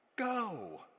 go